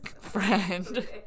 friend